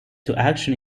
action